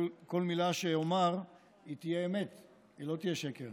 כל מילה שאומר תהיה אמת, היא לא תהיה שקר.